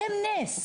אתן נס.